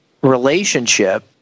relationship